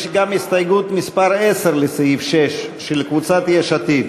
יש גם הסתייגות מס' 10 לסעיף 6, של קבוצת יש עתיד.